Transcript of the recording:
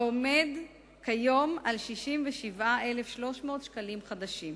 העומד כיום על 67,300 שקלים חדשים.